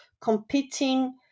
competing